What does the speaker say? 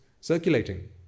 circulating